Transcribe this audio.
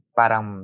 parang